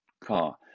car